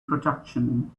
production